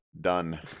Done